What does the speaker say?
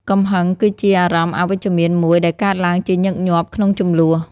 កំហឹង គឺជាអារម្មណ៍អវិជ្ជមានមួយដែលកើតឡើងជាញឹកញាប់ក្នុងជម្លោះ។